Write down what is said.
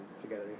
together